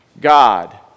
God